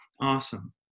Awesome